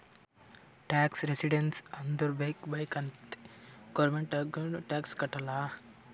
tax resistance ಅಂದುರ್ ಬೇಕ್ ಬೇಕ್ ಅಂತೆ ಗೌರ್ಮೆಂಟ್ಗ್ ಟ್ಯಾಕ್ಸ್ ಕಟ್ಟಲ್ಲ